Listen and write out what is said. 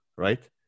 right